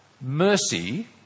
Mercy